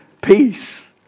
Peace